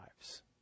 lives